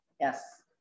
Yes